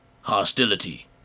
Hostility